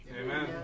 Amen